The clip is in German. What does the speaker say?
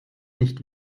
nicht